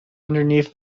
underneath